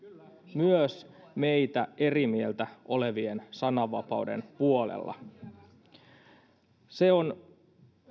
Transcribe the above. myös meidän kanssamme eri mieltä olevien sananvapauden puolella on